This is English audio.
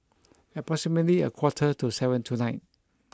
approximately a quarter to seven tonight